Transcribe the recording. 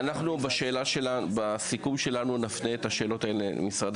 אנחנו בסיכום שלנו נפנה את השאלות האלה למשרד